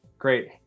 Great